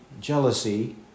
jealousy